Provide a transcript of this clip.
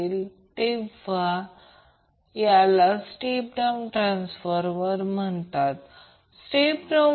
तर त्या बाबतीत XL XC RC हे समीकरण 1 आहे हे समीकरण 2 आहे